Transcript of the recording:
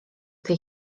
tej